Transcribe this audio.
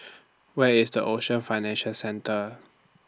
Where IS The Ocean Financial Centre